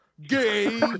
gay